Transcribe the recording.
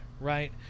right